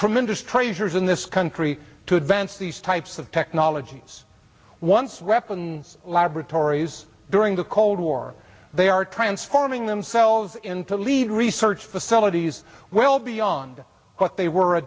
tremendous treasures in this country to advance these types of technologies once reference laboratories during the cold war they are transforming themselves into lead research facilities well beyond what they were a